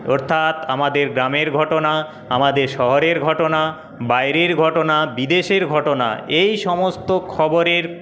অর্থাৎ আমাদের গ্রামের ঘটনা আমাদের শহরের ঘটনা বাইরের ঘটনা বিদেশের ঘটনা এইসমস্ত খবরের